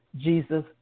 Jesus